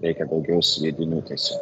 reikia daugiau sviedinių tiesiog